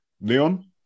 Leon